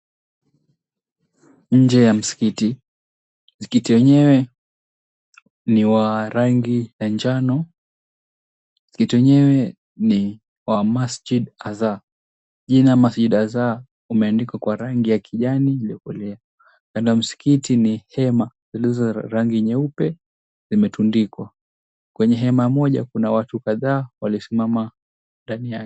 Nje ya Msikiti. Msikiti wenyewe ni wa rangi ya njano. Msikiti wenyewe ni wa Masjid Azah. Jina Masjid Azah umeandikwa kwa rangi ya kijani iliokolea. Kando ya Msikiti ni hema zilizo rangi nyeupe zimetundikwa. Kwenye hema moja kuna watu kadhaa waliosimama ndani yake.